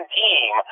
team